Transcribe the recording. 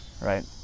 right